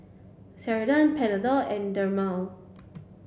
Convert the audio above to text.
Ceradan Panadol and Dermale